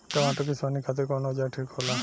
टमाटर के सोहनी खातिर कौन औजार ठीक होला?